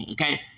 Okay